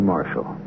Marshall